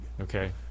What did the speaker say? Okay